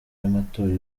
y’amatora